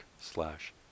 slash